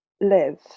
live